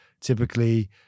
typically